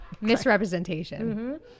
Misrepresentation